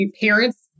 parents